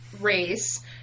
race